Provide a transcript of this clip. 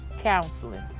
Counseling